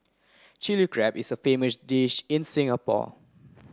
Chilli Crab is a famous dish in Singapore